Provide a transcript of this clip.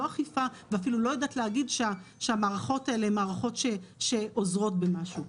לא אכיפה ואפילו לא יודעת להגיד שהמערכות האלה הן מערכות שעוזרות במשהו.